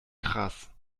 krass